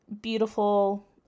Beautiful